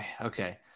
okay